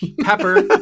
pepper